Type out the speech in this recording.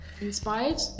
inspired